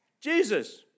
Jesus